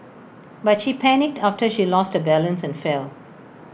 but she panicked after she lost her balance and fell